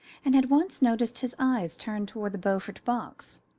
and had once noticed his eyes turned toward the beaufort box.